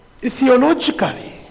theologically